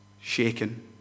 shaken